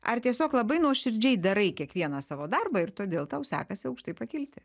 ar tiesiog labai nuoširdžiai darai kiekvieną savo darbą ir todėl tau sekasi aukštai pakilti